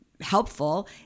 helpful